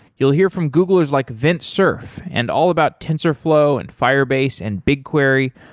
you'll hear from googlers like vint cerf and all about tensorflow and firebase and bigquery,